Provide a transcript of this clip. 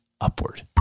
upward